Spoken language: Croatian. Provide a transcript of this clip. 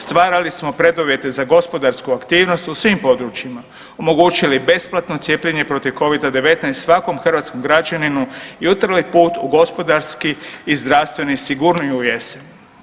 Stvarali smo preduvjete za gospodarsku aktivnost u svim područjima, omogućili besplatno cijepljenje protiv Covid-19 svakom hrvatskom građaninu i utrli put u gospodarski i zdravstveni sigurniju jesen.